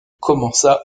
commença